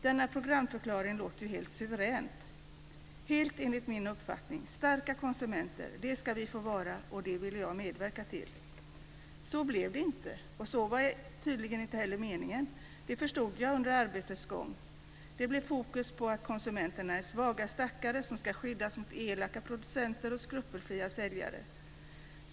Den programförklaringen låter helt suverän. Det är helt enligt min uppfattning. Vi ska få vara starka konsumenter, och det vill jag medverka till. Så blev det inte, och det var tydligen inte heller meningen. Det förstod jag under arbetets gång. Det blev fokus på att konsumenterna är svaga stackare som ska skyddas mot elaka producenter och skrupelfria säljare.